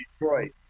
Detroit